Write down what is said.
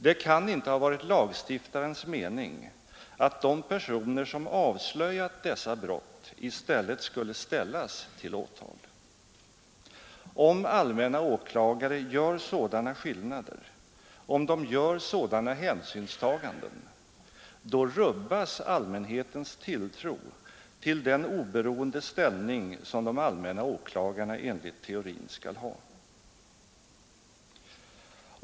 Det kan inte ha varit lagstiftarens mening att de personer som avslöjat dessa brott i stället skulle ställas till åtal. Om allmänna åklagare gör sådana skillnader, om de gör sådana hänsynstaganden, då rubbas allmänhetens tilltro till den oberoende ställning som de allmänna åklagarna enligt teorin skall ha.